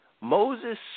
Moses